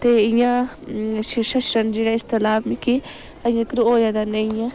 ते इ'यां शीशा जेह्ड़ा इसदा लाभ मिकी अजें तकर होऐ दा नेईं ऐ